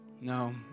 no